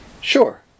Sure